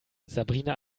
sabrina